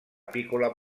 piccola